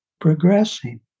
progressing